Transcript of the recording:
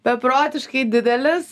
beprotiškai didelis